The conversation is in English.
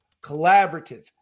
collaborative